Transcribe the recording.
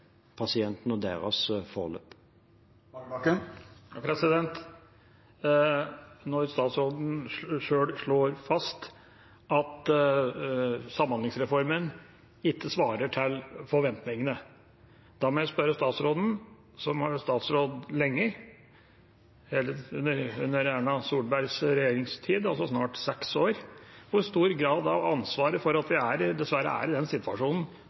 og deres forløp. Når statsråden sjøl slår fast at samhandlingsreformen ikke svarer til forventningene, må jeg spørre statsråden, som har vært statsråd lenge under Erna Solbergs regjeringstid, altså snart seks år: Hvor stor grad av ansvaret for at vi dessverre er i den situasjonen,